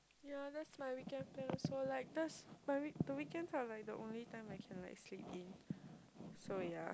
ya that's my weekend plan also like that's my week the weekends are like the only time I can like sleep in so ya